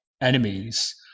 enemies